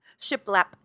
Shiplap